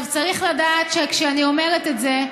צריך לדעת שכשאני אומרת את זה,